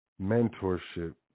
mentorship